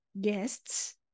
guests